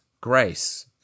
grace